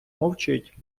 мовчить